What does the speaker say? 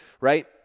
right